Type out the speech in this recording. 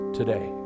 today